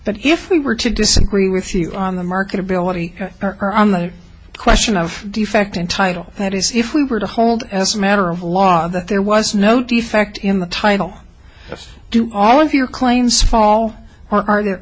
but if we were to disagree with you on the market ability or on the question of defect in title that is if we were to hold as a matter of law that there was no defect in the title just do all of your claims fall or are there